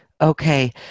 Okay